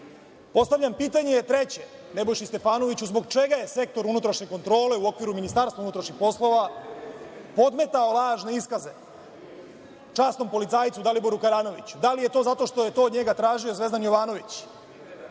Sadu. Postavljam treće pitanje Nebojši Stefanoviću - zbog čega je Sektor unutrašnje kontrole u okviru Ministarstva unutrašnjih poslova podmetao lažne iskaze časnom policajcu Daliboru Karanoviću? Da li je to zato što je to od njega tražio Zvezdan Jovanović?